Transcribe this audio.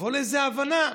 תבואו לאיזו הבנה.